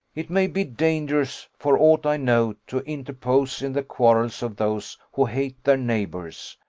it may be dangerous, for aught i know, to interpose in the quarrels of those who hate their neighbours,